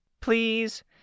Please